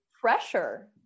pressure